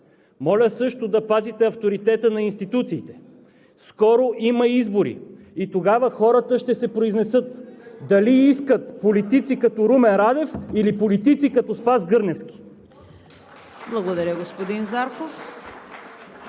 моля също да пазите авторитета на институциите. Скоро има избори и тогава хората ще се произнесат дали искат политици като Румен Радев или политици като Спас Гърневски. (Ръкопляскания от